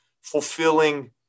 fulfilling